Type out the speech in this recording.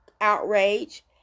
outrage